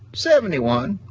seventy one,